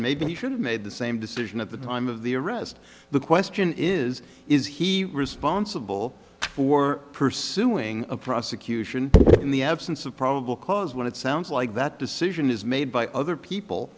maybe he should have made the same decision at the time of the arrest the question is is he responsible for pursuing a prosecution in the absence of probable cause when it sounds like that decision is made by other people